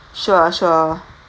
sure sure